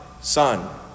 Son